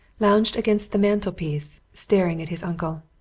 lounged against the mantelpiece, staring at his uncle.